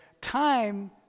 time